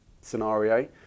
scenario